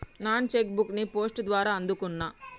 నా cheque book ని post ద్వారా అందుకున్నా